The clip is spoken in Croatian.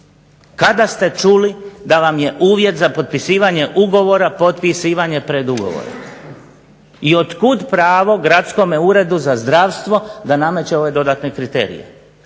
Kada ste čuli da vam je uvjet za potpisivanje ugovora potpisivanje predugovora i od kud pravo Gradskome uredu za zdravstvo da nameće ove dodatne kriterije.